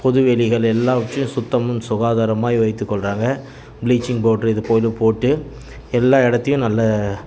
பொது வெளிகள் எல்லாவற்றையும் சுத்தமும் சுகாதாரமுமாய் வைத்துக்கொள்கிறாங்க பிளீச்சிங் பவுட்ரு இதுபோல் போட்டு எல்லா இடத்தையும் நல்ல